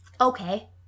Okay